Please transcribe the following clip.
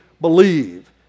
believe